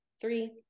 three